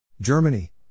Germany